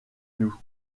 nous